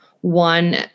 one